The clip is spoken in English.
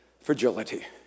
fragility